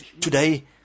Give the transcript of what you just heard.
today